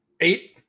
Eight